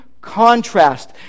contrast